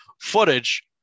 footage